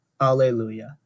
Alleluia